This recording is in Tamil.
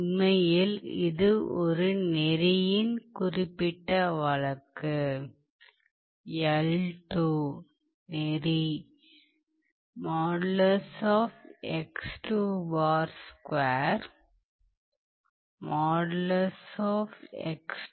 உண்மையில் இது ஒரு நெறியின் குறிப்பிட்ட வழக்கு l2 நெறி